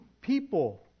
people